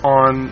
on